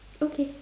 okay